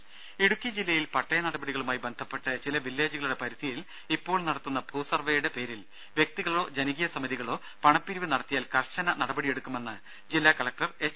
ദേദ ഇടുക്കി ജില്ലയിൽ പട്ടയ നടപടികളുമായി ബന്ധപ്പെട്ട് ചില വില്ലേജുകളുടെ പരിധിയിൽ ഇപ്പോൾ നടത്തുന്ന ഭൂ സർവ്വേയുടെ പേരിൽ വ്യക്തികളോ ജനകീയ സമിതികളോ പണപ്പിരിവ് നടത്തിയാൽ കർശന നടപടിയെടുക്കുമെന്ന് ജില്ലാ കലക്ടർ എച്ച്